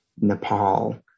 Nepal